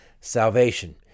Salvation